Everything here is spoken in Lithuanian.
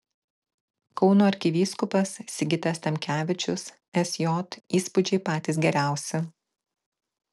kauno arkivyskupas sigitas tamkevičius sj įspūdžiai patys geriausi